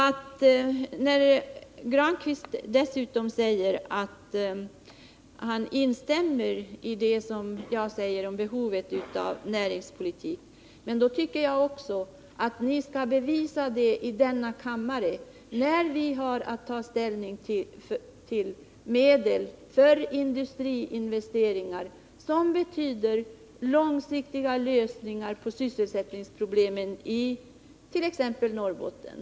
När Pär Granstedt påstår att han instämmer i vad jag säger om behovet av näringspolitik, tycker jag att centern också skall bevisa detta i denna kammare när vi har att ta ställning till medel för industriinvesteringar, som betyder långsiktiga lösningar på sysselsättningsproblemen it.ex. Norrbotten.